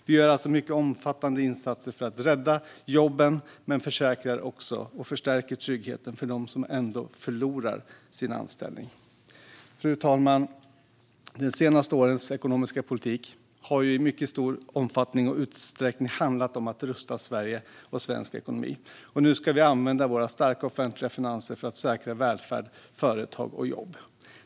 Vi gör alltså mycket omfattande insatser för att rädda jobben och förstärker tryggheten för dem som ändå förlorar sin anställning. Fru talman! De senaste årens ekonomiska politik har i mycket stor omfattning och utsträckning handlat om att rusta Sverige och svensk ekonomi. Nu ska vi använda våra starka offentliga finanser för att säkra välfärd, företag och jobb.